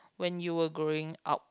when you were growing up